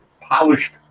polished